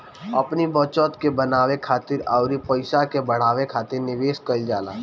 अपनी बचत के बनावे खातिर अउरी पईसा के बढ़ावे खातिर निवेश कईल जाला